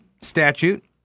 statute